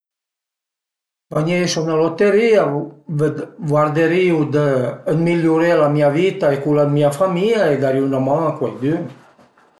Vagneisu a la luterìa vëd guarderìu dë mi-iuré mia vita e cula dë la mia famìa e darìu 'na man a cuaidün